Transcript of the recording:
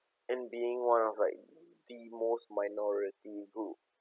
and being one of like the most minority group